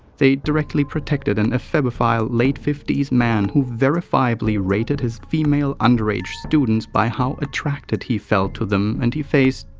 they directly protected an ephebophile late fifty s man who verifiably rated his female underage students by how attracted he felt to them and he faced.